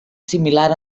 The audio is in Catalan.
similar